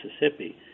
Mississippi